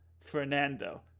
Fernando